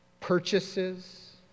purchases